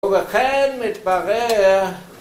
ובכן מתברר